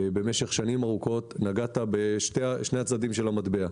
נגעת בשני צדי המטבע.